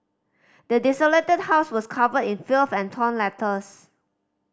the desolated house was covered in filth and torn letters